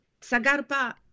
Sagarpa